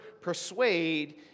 persuade